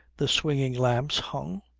the swinging lamps hung,